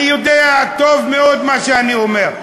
אני יודע טוב מאוד מה שאני אומר.